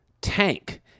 Tank